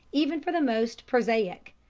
even for the most prosaic.